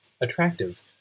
attractive